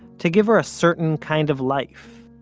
to give her a certain kind of life.